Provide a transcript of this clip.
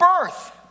birth